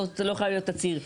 זה לא חייב להיות תצהיר,